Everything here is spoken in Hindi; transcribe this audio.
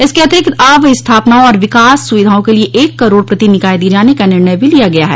इसके अतिरिक्त अवस्थापनाओं और विकास सुविधाओं के लिए एक करोड़ रूपये प्रति निकाय दिए जाने का निर्णय भी लिया गया है